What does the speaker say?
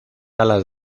alas